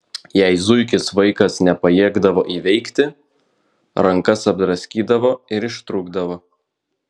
jei zuikis vaikas nepajėgdavo įveikti rankas apdraskydavo ir ištrūkdavo